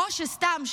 או שסתם,